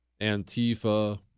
Antifa